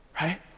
right